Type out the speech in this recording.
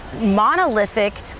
monolithic